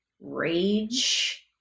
rage